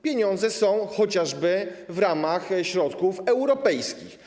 Pieniądze są chociażby w ramach środków europejskich.